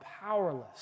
powerless